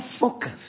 focus